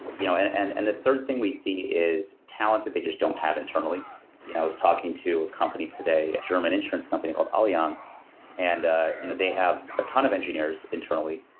you know and and and the third thing we see is talent that they just don't have internally. you know i was talking to a company today, a german insurance company called allianz and ah you know they have a ton of engineers internally,